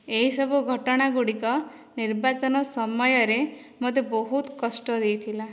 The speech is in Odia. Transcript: ଏହିସବୁ ଘଟଣା ଗୁଡ଼ିକ ନିର୍ବାଚନ ସମୟରେ ମୋତେ ବହୁତ କଷ୍ଟ ଦେଇଥିଲା